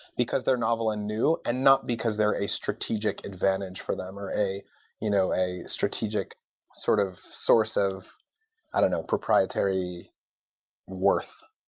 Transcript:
because they're novel and new, and not because they're a strategic advantage for them or a you know a strategic sort of source of i don't know proprietary worth.